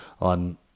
on